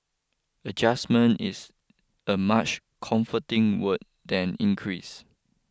adjustment is a much comforting word than increase